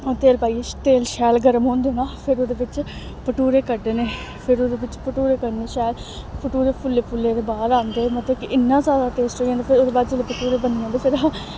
तेल पाइयै तेल शैल गर्म होन देना फिर ओह्दे बिच्च भठूरे कड्ढने फिर ओह्दे बिच्च भठूरे कड्ढने शैल भठूरे फुल्ले फुल्ले दे बाह्र आंदे मतलब कि इन्ना जादा टेस्ट होई जंदा फिर ओह्दे बाद जिसलै भठूरे बनी जंदे फिर